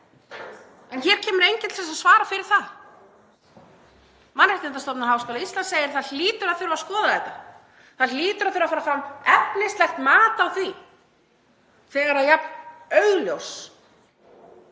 En hér kemur enginn til að svara fyrir það. Mannréttindastofnun Háskóla Íslands segir: Það hlýtur að þurfa að skoða þetta. Það hlýtur að þurfa að fara fram efnislegt mat á því, þegar jafn augljósar